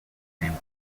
named